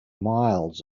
miles